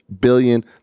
billion